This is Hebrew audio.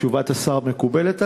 תשובת השר מקובלת עלי.